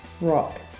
rock